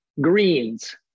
greens